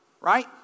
right